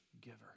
giver